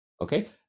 Okay